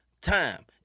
time